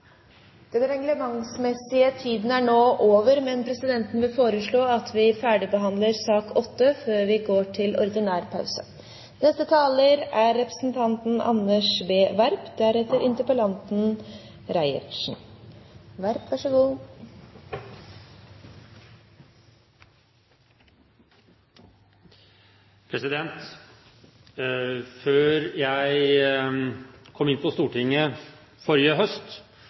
reglementsmessige tiden er nå over, men presidenten vil foreslå at vi ferdigbehandler sak nr. 8 før vi går til ordinær pause.